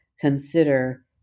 consider